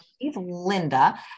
Linda